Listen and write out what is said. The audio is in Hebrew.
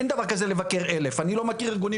אין דבר כזה לבקר 1,000. אני לא מכיר ארגונים